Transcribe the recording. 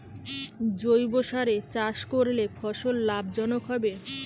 জৈবসারে চাষ করলে ফলন লাভজনক হবে?